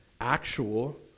actual